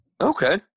Okay